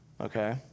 Okay